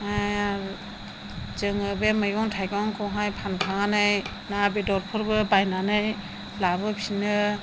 जोङो बे मैगं थाइगंखौहाय फानखांनानै ना बेदरफोरबो बायनानै लाबोफिनो